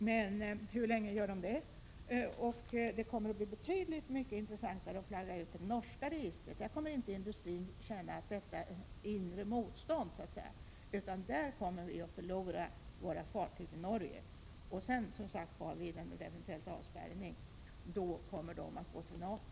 Men hur länge gör de det? Det kommer att bli betydligt intressantare att flagga ut det norska fartygsregistret. Industrin i Norge kommer inte att känna detta inre motstånd. Vi kommer att förlora våra fartyg till Norge, och vid en eventuell avspärrning kommer dessa att gå till NATO.